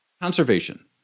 Conservation